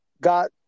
God